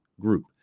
group